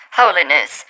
holiness